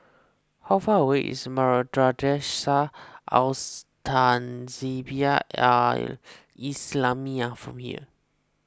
how far away is Al Tahzibiah Al Islamiah from here